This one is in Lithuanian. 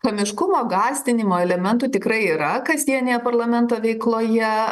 komiškumo gąsdinimo elementų tikrai yra kasdienėje parlamento veikloje